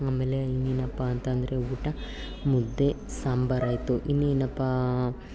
ಆಮೇಲೆ ಇನ್ನೇನಪ್ಪಾಂತಂದ್ರೆ ಊಟ ಮುದ್ದೆ ಸಾಂಬಾರಾಯಿತು ಇನ್ನೇನಪ್ಪಾ